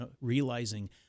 realizing